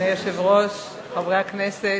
אדוני היושב-ראש, חברי הכנסת,